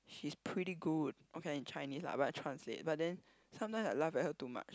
she's pretty good okay lah in Chinese lah but I translate but then sometimes I laugh at her too much